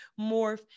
morph